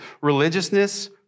Religiousness